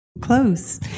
Close